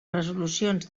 resolucions